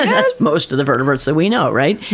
that's most of the vertebrates that we know, right?